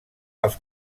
els